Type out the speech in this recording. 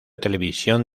televisión